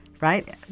right